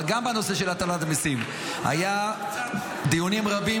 אבל גם בנושא של הטלת מיסים היו דיונים רבים,